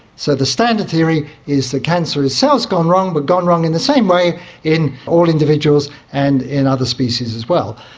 so the standard theory is the cancerous cell has gone wrong but gone wrong in the same way in all individuals and in other species as well,